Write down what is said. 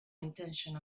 intention